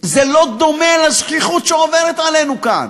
זה לא דומה לזחיחות שעוברת עלינו כאן.